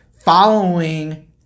following